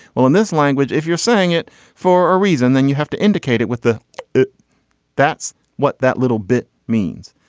well in this language if you're saying it for a reason then you have to indicate it with the that's what that little bit means.